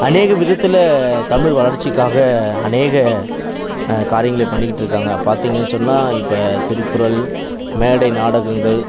அநேக விதத்தில் தமிழ் வளர்ச்சிக்காக அநேக காரியங்களை பண்ணிக்கிட்டிருக்காங்க பார்த்தீங்கன் சொன்னால் இப்போ திருக்குறள் மேடை நாடகங்கள்